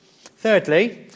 Thirdly